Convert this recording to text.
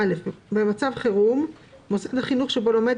"(2) בנוסף יחולו ההוראות